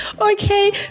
Okay